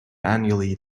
annually